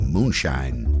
Moonshine